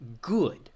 Good